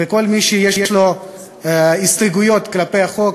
וכל מי שיש לו הסתייגויות לחוק,